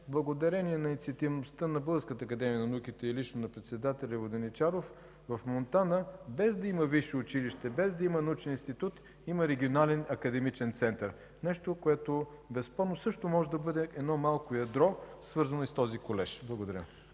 благодарение на инициативността на Българската академия на науките и лично на председателя Воденичаров, в Монтана без да има висше училище, без да има научен институт, има Регионален академичен център. Нещо, което безспорно също може да бъде едно малко ядро, свързано и с този колеж. Благодаря.